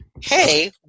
hey